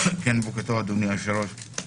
תודה, אדוני היושב-ראש.